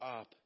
up